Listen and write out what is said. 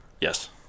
Yes